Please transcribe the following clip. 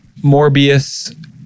Morbius